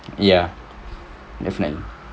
ya definite